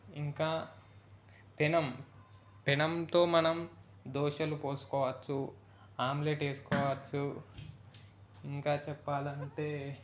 ఇంకా పెనం పెనంతో మనం దోశలు పోసుకోవచ్చు ఆమ్లెట్ వేసుకోవచ్చు ఇంకా చెప్పాలంటే